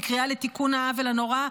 בקריאה לתיקון העוול הנורא.